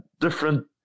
different